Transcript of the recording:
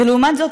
לעומת זאת,